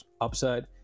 upside